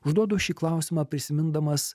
užduodu šį klausimą prisimindamas